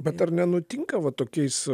bet ar nenutinka va tokiais